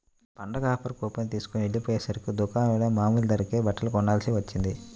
పండగ offer coupon తీస్కొని వెళ్ళకపొయ్యేసరికి దుకాణంలో మామూలు ధరకే బట్టలు కొనాల్సి వచ్చింది